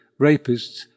rapists